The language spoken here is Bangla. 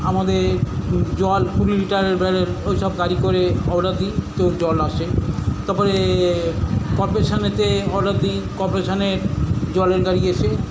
আমাদের জল কুড়ি লিটারের ব্যারেল ওই সব গাড়ি করে অর্ডার দিই তো জল আসে তারপরে কর্পোরেশনে অর্ডার দিই কর্পোরেশনের জলের গাড়ি এসে